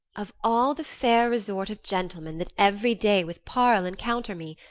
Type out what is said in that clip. of all the fair resort of gentlemen that every day with parle encounter me,